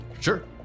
Sure